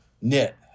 knit